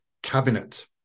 cabinet